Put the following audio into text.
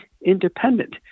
independent